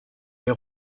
les